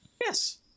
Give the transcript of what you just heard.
Yes